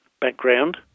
background